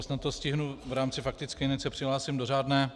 Snad to stihnu v rámci faktické, hned se přihlásím do řádné.